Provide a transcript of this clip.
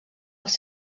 els